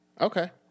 Okay